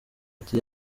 ati